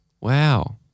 Wow